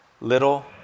little